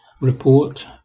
Report